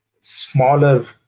smaller